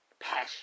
passion